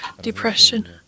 depression